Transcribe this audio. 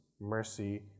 mercy